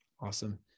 Awesome